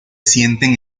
sienten